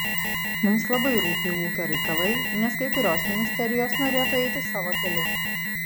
mums labai rūpi ūkio reikalai nes kai kurios ministerijos norėtų eiti savo keliu